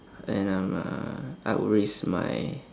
and um uh I would risk my